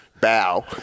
bow